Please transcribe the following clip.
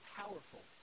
powerful